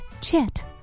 chat